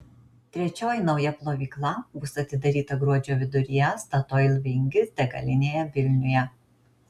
trečioji nauja plovykla bus atidaryta gruodžio viduryje statoil vingis degalinėje vilniuje